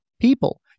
people